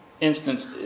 instance